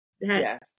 Yes